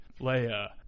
Leia